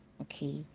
okay